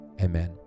Amen